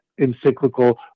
encyclical